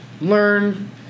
learn